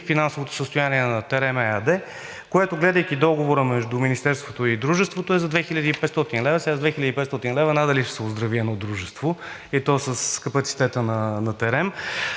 финансовото състояние на „Терем“ ЕАД, което, гледайки договора между Министерството и Дружеството, е за 2500 лв. За 2500 лв. надали ще се оздрави едно дружество, и то с капацитета на